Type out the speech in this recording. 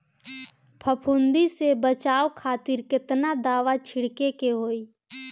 फाफूंदी से बचाव खातिर केतना दावा छीड़के के होई?